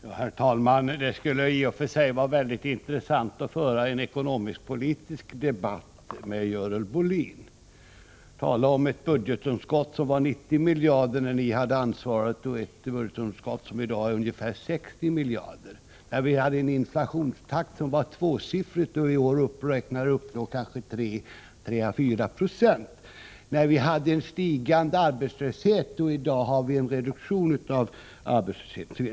Herr talman! Det skulle i och för sig vara mycket intressant att föra en ekonomisk-politisk debatt med Görel Bohlin. Vi kunde tala om att budgetunderskottet var 90 miljarder kronor när de borgerliga partierna hade regeringsmakten och att det i dag är ungefär 60 miljarder. Då hade vi en inflation som var tvåsiffrig, medan den i år kanske uppgår till 3-4 20. Vi hade en stigande arbetslöshet — i dag har vi en reduktion av arbetslösheten.